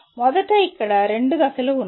మొదట ఇక్కడ రెండు దశలు ఉన్నాయి